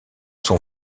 sont